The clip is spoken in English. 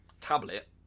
tablet